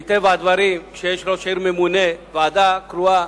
מטבע הדברים, כשיש ראש עיר ממונה, ועדה קרואה,